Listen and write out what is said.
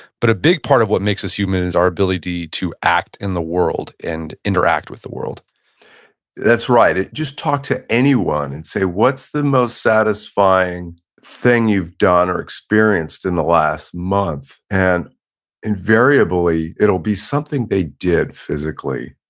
but a big part of what makes us human, is our ability to act in the world and interact with the world that's right. just talk to anyone and say what's the most satisfying thing you've done or experienced in the last month? and invariably, it'll be something they did physically.